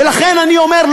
ולכן אני אומר,